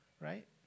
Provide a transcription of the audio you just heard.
right